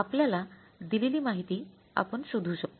आपल्याला दिलेली माहिती आपण शोधू शकतो